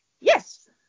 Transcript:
yes